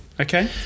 Okay